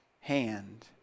hand